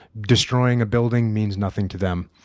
destroying a building means nothing to them.